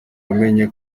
wamenye